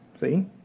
see